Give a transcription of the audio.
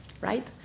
right